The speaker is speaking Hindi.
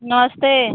नमस्ते